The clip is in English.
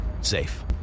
safe